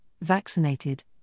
vaccinated